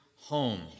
home